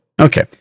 Okay